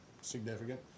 significant